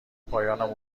پایان